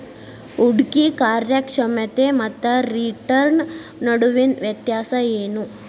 ಹೂಡ್ಕಿ ಕಾರ್ಯಕ್ಷಮತೆ ಮತ್ತ ರಿಟರ್ನ್ ನಡುವಿನ್ ವ್ಯತ್ಯಾಸ ಏನು?